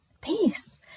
peace